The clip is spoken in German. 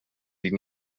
die